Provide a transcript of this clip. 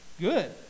good